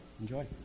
Enjoy